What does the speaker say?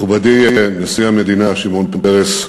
מכובדי נשיא המדינה שמעון פרס,